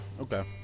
Okay